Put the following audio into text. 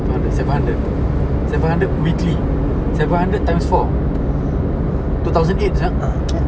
two hundred seven hundred seven hundred weekly seven hundred times four two thousand eight sia